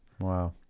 Wow